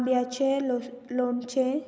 आंब्याचें लो लोणचें